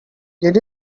did